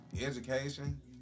education